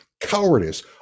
cowardice